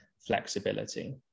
flexibility